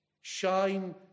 Shine